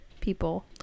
people